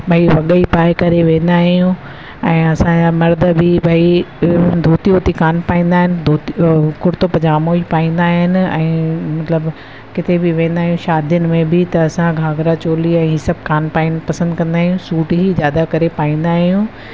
भई वॻा ई पाए करे वेंदा आहियूं ऐं असांजा मर्द बि भई धोती वोती कान पाईंदा आहिनि धोतीजो कुर्तो पज़ामो ई पाईंदा आहिनि ऐं मतलबु किथे बि वेंदा आहियूं शादियुनि में बि त असां घाघरा चोली ऐं ही सभु कान पाइण पसंदि कंदा आहियूं सूट ई ज़्यादा करे पाईंदा आहियूं